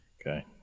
Okay